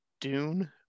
dune